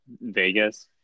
Vegas